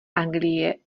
anglie